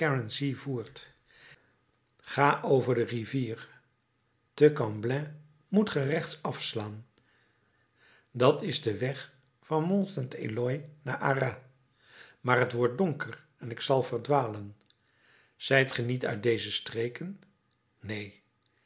ga over de rivier te camblin moet ge rechts afslaan dat is de weg van mont saint eloy naar arras maar t wordt donker en ik zal verdwalen zijt ge niet uit deze streken neen